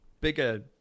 bigger